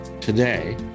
Today